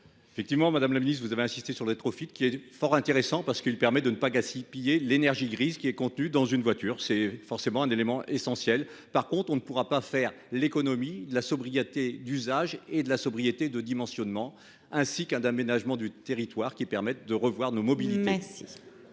Effectivement, Madame la Ministre vous avez insisté sur les profil qui est fort intéressant parce qu'il permet de ne pas gaspiller l'énergie grise qui est contenu dans une voiture, c'est forcément un élément essentiel. Par contre, on ne pourra pas faire l'économie de la sobriété d'usage et de la sobriété de dimensionnement ainsi qu'un d'aménagement du territoire qui permette de revoir nos mobilités.